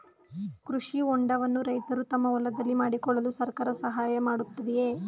ಕೃಷಿ ಹೊಂಡವನ್ನು ರೈತರು ತಮ್ಮ ಹೊಲದಲ್ಲಿ ಮಾಡಿಕೊಳ್ಳಲು ಸರ್ಕಾರ ಸಹಾಯ ಮಾಡುತ್ತಿದೆಯೇ?